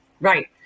Right